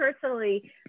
personally